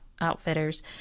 Outfitters